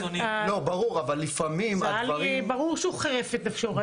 זה היה לי ברור שהוא חירף את נפשו.